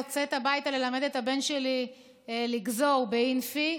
יוצאת הביתה ללמד את הבן שלי לגזור באינפי',